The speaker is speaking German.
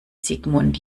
sigmund